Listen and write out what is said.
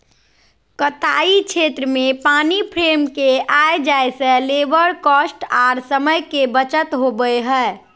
कताई क्षेत्र में पानी फ्रेम के आय जाय से लेबर कॉस्ट आर समय के बचत होबय हय